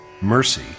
mercy